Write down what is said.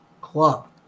club